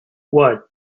what